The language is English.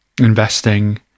investing